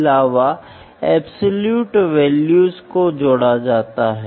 अगला वर्गीकरण मापन का पावर प्रकार था